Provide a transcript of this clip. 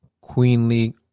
queenly